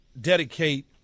dedicate